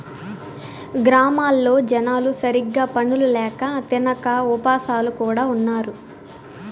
గ్రామాల్లో జనాలు సరిగ్గా పనులు ల్యాక తినక ఉపాసాలు కూడా ఉన్నారు